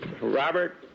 Robert